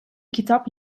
kitap